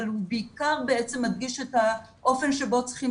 אבל הוא בעיקר מדגיש את האופן שבו צריכים